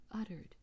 uttered